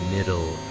Middle